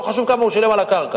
לא חשוב כמה הוא שילם על הקרקע.